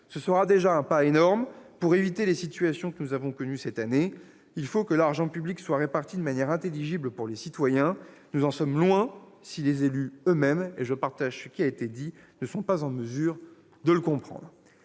s'agira déjà d'un pas énorme. Pour éviter les situations que nous avons connues cette année, il faut que l'argent public soit réparti de manière intelligible pour les citoyens ; nous en sommes loin si les élus eux-mêmes, et je partage les remarques qui ont été formulées, ne sont pas en mesure de comprendre.